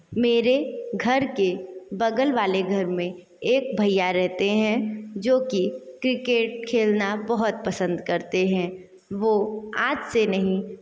मेरे घर के बगल वाले घर में एक भैया रहते हैं जो की क्रिकेट खेलना बहुत पसंद करते हैं वो आज से नहीं